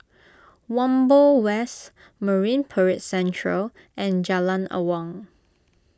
Whampoa West Marine Parade Central and Jalan Awang